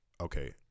okay